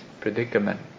predicament